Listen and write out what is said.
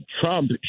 Trump